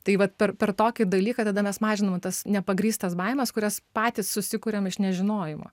tai vat per per tokį dalyką tada mes mažiname tas nepagrįstas baimes kurias patys susikuriam iš nežinojimo